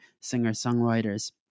singer-songwriters